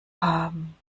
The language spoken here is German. haben